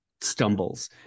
stumbles